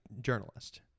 journalist